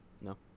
No